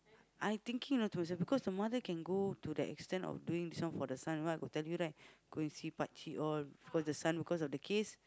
I thinking ah to myself because the mother can go to the extent of doing some for the son that one I got tell you right go and see pakcik all for the son because of the case